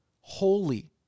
holy